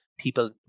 People